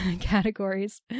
categories